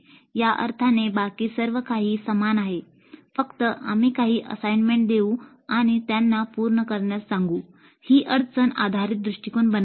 या अर्थाने बाकी सर्व काही समान आहे फक्त आम्ही काही असाइनमेंट देऊ आणि त्यांना करण्यास सांगू ही अडचण आधारित दृष्टीकोन बनत नाही